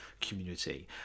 community